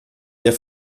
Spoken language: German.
der